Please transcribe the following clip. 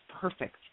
perfect